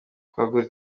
kwagura